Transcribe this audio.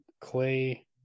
clay